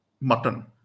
mutton